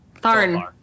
Tharn